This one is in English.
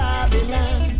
Babylon